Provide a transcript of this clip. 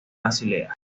basilea